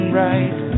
right